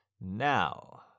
now